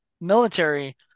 military